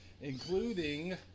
including